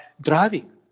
driving